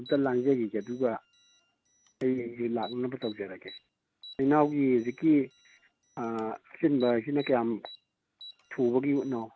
ꯑꯝꯇ ꯂꯥꯡꯖꯒꯤꯒꯦ ꯑꯗꯨꯒ ꯑꯩꯁꯤ ꯂꯥꯛꯅꯅꯕ ꯇꯧꯖꯔꯒꯦ ꯏꯅꯥꯎꯒꯤ ꯍꯧꯖꯤꯛꯀꯤ ꯑꯆꯤꯟꯕꯁꯤꯅ ꯀꯌꯥꯝ ꯊꯨꯕꯒꯤꯅꯣ